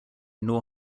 nor